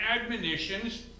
admonitions